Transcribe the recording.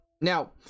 Now